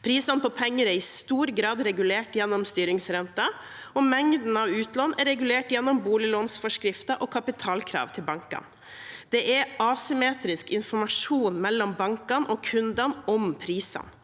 Prisen på penger er i stor grad regulert gjennom styringsrenten. Mengden av utlån er regulert gjennom boliglånsforskriften og kapitalkrav til bankene. Det er asymmetrisk informasjon mellom bankene og kundene om prisene.